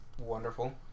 wonderful